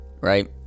right